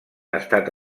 estat